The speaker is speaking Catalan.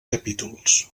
capítols